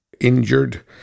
injured